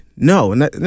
No